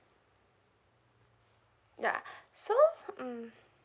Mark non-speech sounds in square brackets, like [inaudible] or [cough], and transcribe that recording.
ya [breath] so mm